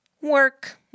Work